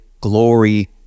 glory